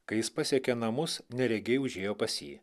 kai jis pasiekė namus neregiai užėjo pas jį